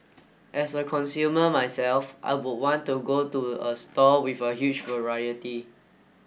as a consumer myself I would want to go to a store with a huge variety